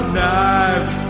knives